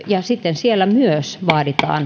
ja sitten siellä myös vaaditaan